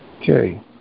Okay